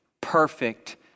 perfect